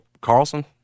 Carlson